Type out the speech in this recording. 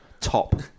top